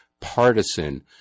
partisan